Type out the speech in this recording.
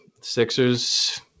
Sixers